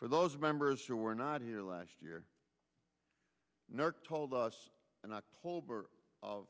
for those members who were not here last year never told us in october of